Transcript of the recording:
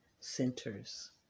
centers